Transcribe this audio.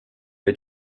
the